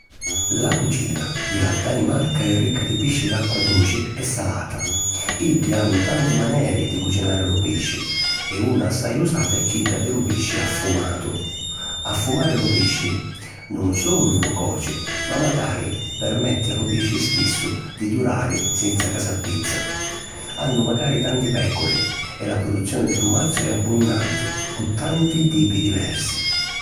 La cucina di la Danimarca è ricca di pisci d'acqua duci e salata. Iddi hannu tanti maneri di cucinari lu pisci e una assai usata è chidda di lu pisci affumatu. Affumari lu pisci, nun sulu lu coci ma macari permetti a lu pisci stissu di durari senza ca s’appizza. Hannu macari tanti pècuri e la produzioni di tumazzu è abbunnanti, cu tanti tipi diversi.